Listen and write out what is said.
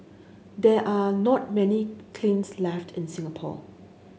there are not many kilns left in Singapore